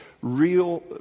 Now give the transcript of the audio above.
Real